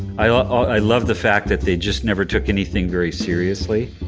i love the fact that they just never took anything very seriously.